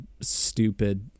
stupid